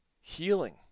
healing